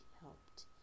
helped